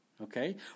okay